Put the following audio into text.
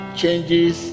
changes